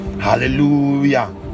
Hallelujah